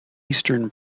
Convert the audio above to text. eastern